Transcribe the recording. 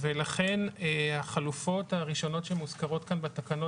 ולכן החלופות הראשונות שמוזכרות כאן בתקנות